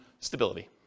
Stability